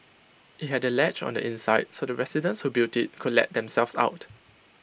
IT had A latch on the inside so the residents who built IT could let themselves out